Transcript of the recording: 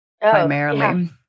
primarily